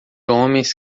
homens